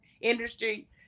industry